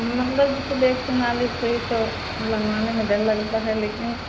मतलब उसे देख के मालिश से ही तो लगवाने में डर लगता है लेकिन